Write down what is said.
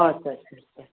ᱟᱪᱪᱷᱟ ᱟᱪᱪᱷᱟ